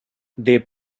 they